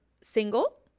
single